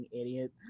idiot